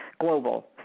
global